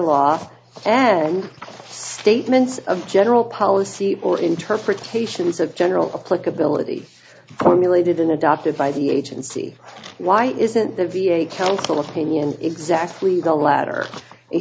law and statements of general policy or interpretations of general a click ability formulated in adopted by the agency why isn't the v a council of opinion exactly the latter a